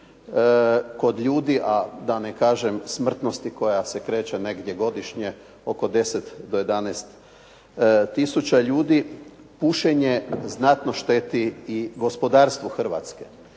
kod ljudi, a da ne kažem smrtnosti koja se kreće negdje godišnje oko 10 do 11 tisuća ljudi pušenje znatno šteti i gospodarstvu Hrvatske.